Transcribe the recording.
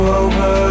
over